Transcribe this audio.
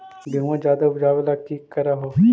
गेहुमा ज्यादा उपजाबे ला की कर हो?